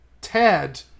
Ted